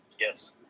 yes